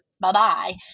bye-bye